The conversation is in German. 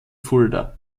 fulda